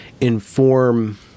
inform